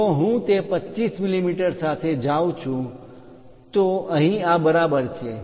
જો હું તે 25 મીમી સાથે જાઉં છું તો અહીં આ બરાબર છે